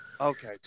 Okay